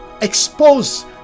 Expose